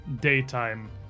daytime